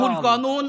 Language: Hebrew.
עוד לפני שהיה מתווה,